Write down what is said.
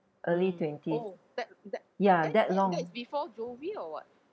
early twenties ya that long